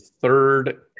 third